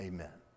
Amen